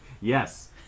Yes